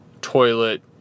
toilet